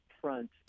front